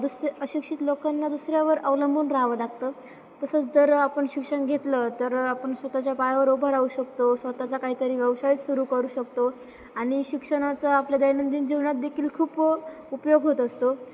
दुस अशिक्षित लोकांना दुसऱ्यावर अवलंबून राहावं लागतं तसंच जर आपण शिक्षण घेतलं तर आपण स्वतःच्या पायावर उभं राहू शकतो स्वतःचा काहीतरी व्यवसाय सुरू करू शकतो आणि शिक्षणाचा आपल्या दैनंदिन जीवनात देखील खूप उपयोग होत असतो